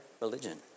religion